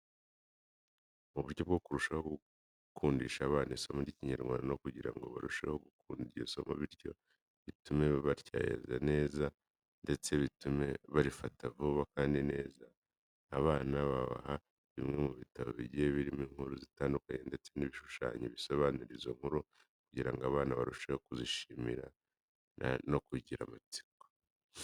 Mu buryo bwo kurushaho gukundisha abana isomo ry'Ikinyarwanda no kugira ngo barusheho gukunda iryo somo bityo bitume baryiga neza ndetse bitume barifata vuba kandi neza, abana babaha bimwe mu bitabo bigiye birimo inkuru zitandukanye ndetse n'ibishushanyo bisobanura izo nkuru kugira ngo abana barusheho kuzishimira no kugira amatsiko.